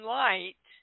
light